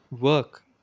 work